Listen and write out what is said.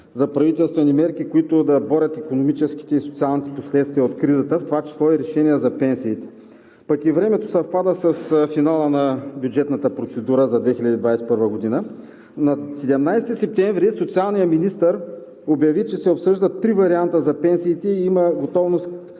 за правителствени мерки, които да борят икономическите и социалните последствия от кризата. В това число и решения за пенсиите. Пък и времето съвпада с финала на бюджетната процедура за 2021 г. На 17 септември социалният министър обяви, че се обсъждат три варианта за пенсиите и има готовност,